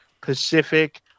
Pacific